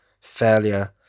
failure